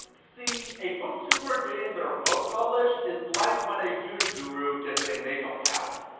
see a booktuber getting their book published is like when a beauty guru gets a makeup palette.